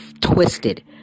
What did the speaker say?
twisted